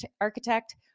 architect